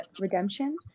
redemption